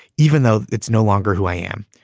even though it's no longer who i am.